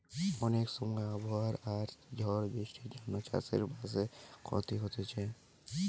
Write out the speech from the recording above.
অনেক সময় আবহাওয়া আর ঝড় বৃষ্টির জন্যে চাষ বাসে ক্ষতি হতিছে